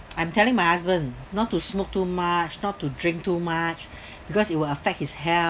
I'm telling my husband not to smoke too much not to drink too much because it will affect his health